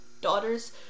daughters